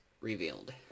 revealed